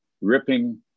ripping